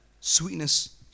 Sweetness